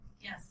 yes